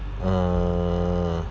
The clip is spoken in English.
uh